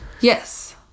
Yes